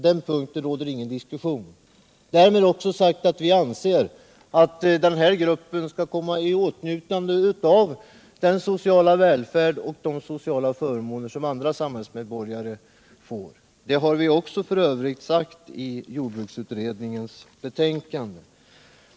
Därmed är också sagt att vi anser att den här gruppen skall komma i åtnjutande av den sociala välfärd och de sociala förmåner som andra samhällsmedborgare får. Det har vi f.ö. också sagt i jordbruksutredningens betänkande.